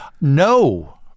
no